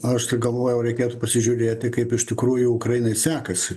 aš tai galvojau reikėtų pasižiūrėti kaip iš tikrųjų ukrainai sekasi